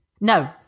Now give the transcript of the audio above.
No